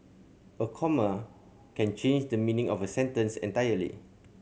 a comma can change the meaning of a sentence entirely